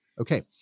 Okay